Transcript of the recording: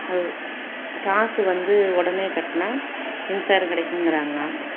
அது காசு வந்து உடனே கட்டுனா மின்சாரம் கிடைக்குங்குறாங்க